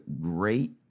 great